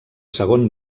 segon